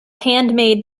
handmade